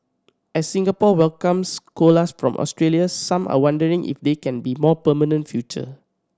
as Singapore welcomes koalas from Australia some are wondering if they can be more permanent future